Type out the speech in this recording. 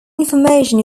information